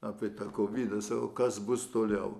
apie kovidą sako kas bus toliau